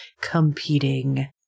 competing